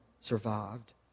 survived